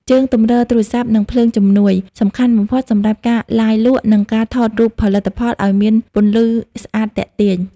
ជើងទម្រទូរស័ព្ទ និងភ្លើងជំនួយ សំខាន់បំផុតសម្រាប់ការ ឡាយលក់ និងការថតរូបផលិតផលឱ្យមានពន្លឺស្អាតទាក់ទាញ។